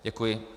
Děkuji.